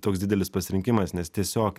toks didelis pasirinkimas nes tiesiog